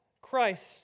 Christ